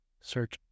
search